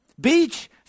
Beach